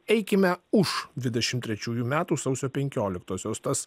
eikime už dvidešim trečiųjų metų sausio penkioliktosios tas